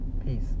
Peace